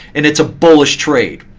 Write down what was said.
and it's a bullish trade.